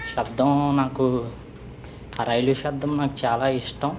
శబ్దంలో నాకు ఆ రైలు శబ్దం నాకు చాలా ఇష్టం